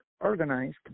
organized